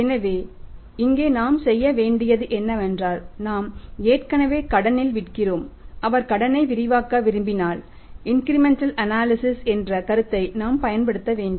எனவே இங்கே நாம் செய்ய வேண்டியது என்னவென்றால் நாம் ஏற்கனவே கடனில் விற்கிறோம் அவர் கடனை விரிவாக்க விரும்பினால் இன்கிரிமெண்டல் அனாலிசிஸ் என்ற கருத்தை நாம் பயன்படுத்த வேண்டும்